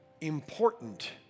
important